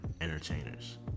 entertainers